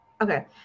Okay